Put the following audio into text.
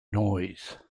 noise